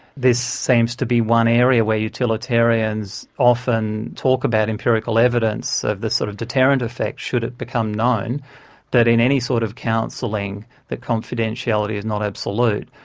this seems to be one area where utilitarians often talk about empirical evidence of the sort of deterrent effect, should it become known that in any sort of counselling the confidentiality is not absolute,